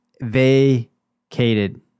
vacated